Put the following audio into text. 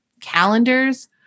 calendars